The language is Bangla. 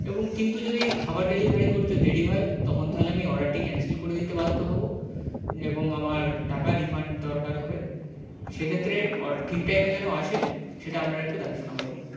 এবং কিন্তু যদি খাবার ডেলিভারি করতে দেরি হয় তখন তাহলে আমি অর্ডারটি ক্যান্সেল করে দিতে বাধ্য হবো এবং আমার টাকা রিফান্ড দরকার হবে সেক্ষেত্রে টাইমে যেন আসে সেটা আপনারা একটু দেখা শোনা করবেন